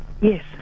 yes